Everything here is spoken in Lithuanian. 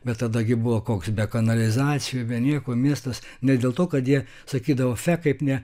bet tada gi buvo koks be kanalizacijų be nieko miestas ne dėl to kad jie sakydavo fe kaip ne